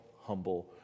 humble